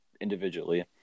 individually